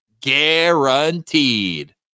guaranteed